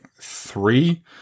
three